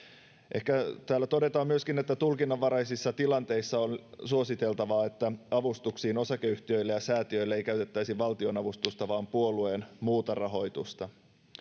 täällä todetaan myöskin että tulkinnanvaraisissa tilanteissa on suositeltavaa että avustuksiin osakeyhtiöille ja säätiöille ei käytettäisi valtionavustusta vaan puolueen muuta rahoitusta